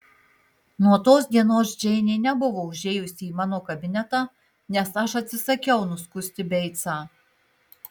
nuo tos dienos džeinė nebuvo užėjusi į mano kabinetą nes aš atsisakiau nuskusti beicą